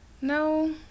no